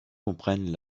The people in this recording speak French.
comprennent